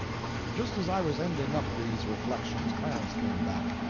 just as i was ending-up these reflections, clarence came back.